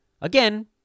Again